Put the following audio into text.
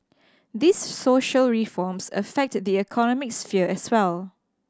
these social reforms affect the economic sphere as well